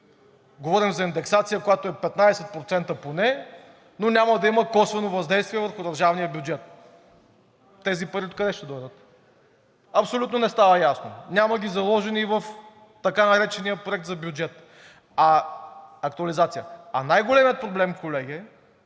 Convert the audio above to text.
Говорим за индексация, която е 15% поне, но няма да има косвено въздействие върху държавния бюджет. Тези пари откъде ще дойдат абсолютно не става ясно. Няма ги заложени в така наречения проект за бюджет, актуализацията. А най-големият проблем, колеги,